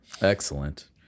Excellent